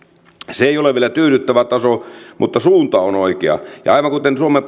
se ei ole vielä tyydyttävä taso mutta suunta on oikea ja aivan kuten suomen